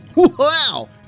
Wow